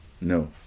no